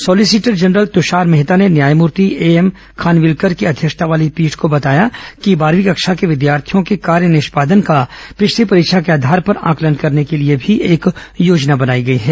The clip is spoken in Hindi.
सॉलिसिटर जनरल तुषार मेहता ने न्यायमूर्ति एएम खानविलकर की अध्यक्षता वाली पीठ को बताया कि बारहवीं कक्षा के विद्यार्थियों के कार्य निष्पादन का पिछली परीक्षा के आधार पर आंकलन करने के लिए भी एक योजना बनाई गई है